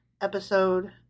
episode